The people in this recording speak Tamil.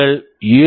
உங்கள் யூ